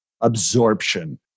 absorption